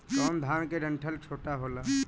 कौन धान के डंठल छोटा होला?